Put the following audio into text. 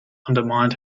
undermined